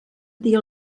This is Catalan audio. dir